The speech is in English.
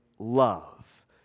love